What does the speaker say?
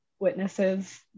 witnesses